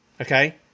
Okay